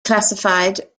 classified